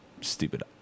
stupid